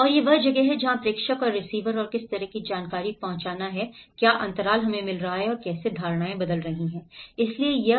और वह वह जगह है जहां प्रेषक और रिसीवर और किस तरह की जानकारी है पहुँचना और क्या अंतराल हमें मिल रहा है और कैसे धारणाएँ बदलती रहती हैं